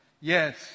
Yes